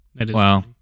Wow